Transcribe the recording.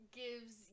gives